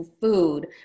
food